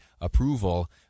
approval